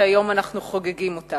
שהיום אנחנו חוגגים אותה.